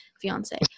fiance